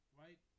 right